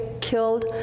killed